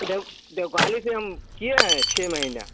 देव देवकाली से हम किए हैं छः महीना